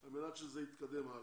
על מנת שזה יתקדם הלאה.